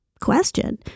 question